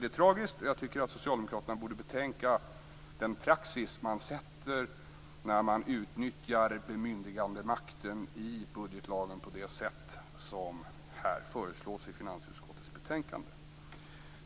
Det är tragiskt, och socialdemokraterna borde betänka den praxis man sätter när man utnyttjar bemyndigandemakten i budgetlagen på det sätt som här föreslås i finansutskottets betänkande.